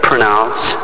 Pronounce